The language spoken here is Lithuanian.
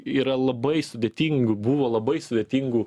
yra labai sudėtingų buvo labai sudėtingų